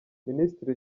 minisitiri